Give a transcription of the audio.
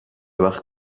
وقت